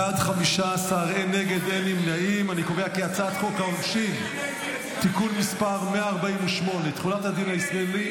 את הצעת חוק העונשין (תיקון מס' 148) (תחולת הדין הישראלי